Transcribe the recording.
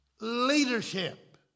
leadership